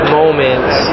moments